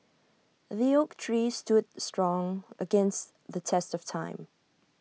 the oak tree stood strong against the test of time